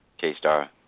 K-Star